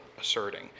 asserting